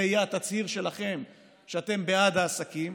זה יהיה התצהיר שלכם שאתם בעד העסקים,